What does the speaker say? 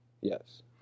Yes